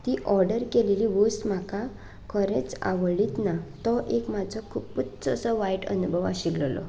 ती ऑर्डर केल्ली वस्त म्हाका खरेंच आवडली ना तो एक म्हाजो खुबूच वायट अणभव आशिललो